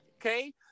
okay